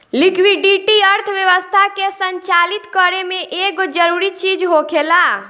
liquidity अर्थव्यवस्था के संचालित करे में एगो जरूरी चीज होखेला